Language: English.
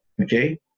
Okay